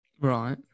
Right